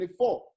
24